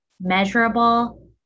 measurable